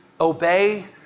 obey